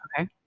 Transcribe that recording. Okay